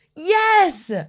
Yes